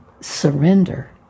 surrender